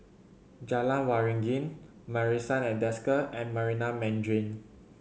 Jalan Waringin Marrison at Desker and Marina Mandarin